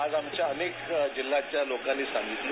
आज आमच्या अनेक जिल्ह्याच्या लोकांनी सांगितलं